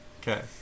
Okay